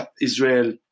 Israel